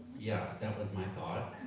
yeah, that was my thought.